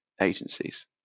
agencies